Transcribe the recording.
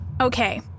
Okay